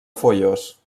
foios